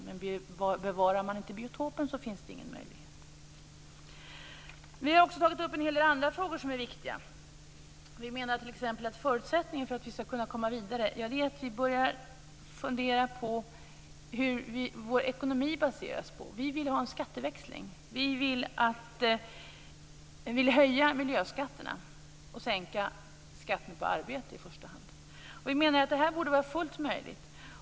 Men bevarar man inte biotopen finns det ingen möjlighet. Vi har också tagit upp en hel del andra frågor som är viktiga. Vi menar t.ex. att förutsättningen för att vi skall kunna komma vidare är att fundera på vad vår ekonomi baseras på. Miljöpartiet vill ha en skatteväxling. Vi vill höja miljöskatterna och sänka skatten på arbete i första hand. Det borde vara fullt möjligt.